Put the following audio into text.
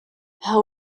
how